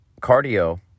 cardio